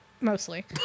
Mostly